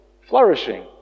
flourishing